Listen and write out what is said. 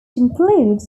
includes